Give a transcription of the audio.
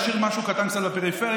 אני אשאיר משהו קטן על הפריפריה.